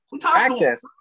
Practice